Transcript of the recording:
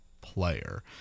player